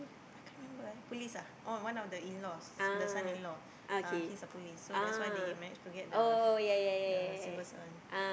I can't remember police ah oh one of the in laws the son in law uh he's a police so that's why they manage to get the the civil servant